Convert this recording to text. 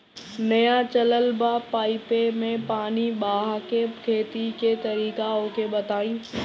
नया चलल बा पाईपे मै पानी बहाके खेती के तरीका ओके बताई?